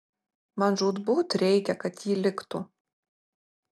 man žūtbūt reikia kad ji liktų